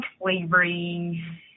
flavoring